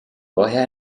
woher